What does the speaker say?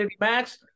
Max